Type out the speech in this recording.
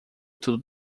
tudo